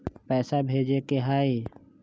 पैसा भेजे के हाइ?